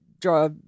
draw